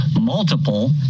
multiple